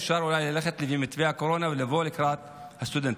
ואפשר אולי ללכת לפי מתווה הקורונה ולבוא לקראת הסטודנטים.